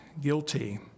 guilty